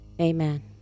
amen